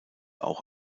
auch